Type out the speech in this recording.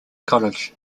college